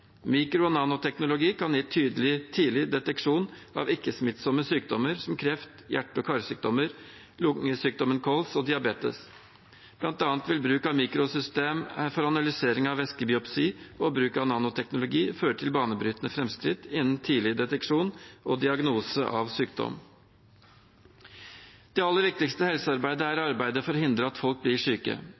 Mikro- og nanoteknologi kan gi tidlig deteksjon av ikke-smittsomme sykdommer som kreft, hjerte- og karsykdommer, lungesykdommen kols og diabetes. Blant annet vil bruk av mikrosystem for analysering av væskebiopsi og bruk av nanoteknologi føre til banebrytende framskritt innen tidlig deteksjon og diagnose av sykdom. Det aller viktigste helsearbeidet er arbeidet for å hindre at folk blir syke.